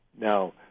Now